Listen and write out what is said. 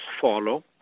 follow